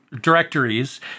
directories